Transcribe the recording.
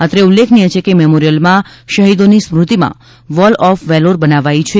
અત્રે ઉલ્લેખનીય છે કે મેમોરિયલમાં શહીદોની સ્મૃતિમાં વોલ ઓફ વેલોર બનાવાઈ છે